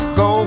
go